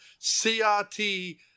CRT